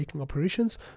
operations